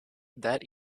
that